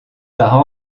par